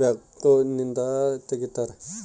ಬ್ಯಾಕ್ಹೋನಿಂದ ಅಗೆಸುತ್ತಾರೆ